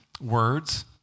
words